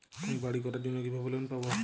আমি বাড়ি করার জন্য কিভাবে লোন পাব?